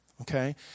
okay